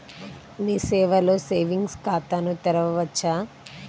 మీ సేవలో సేవింగ్స్ ఖాతాను తెరవవచ్చా?